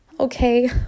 Okay